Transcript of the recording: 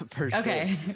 okay